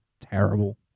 terrible